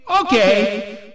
Okay